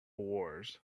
wars